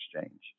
Exchange